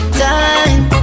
time